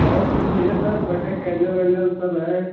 और कुछ चाहिए सर बड्डे कैन्डल वैंडल सब है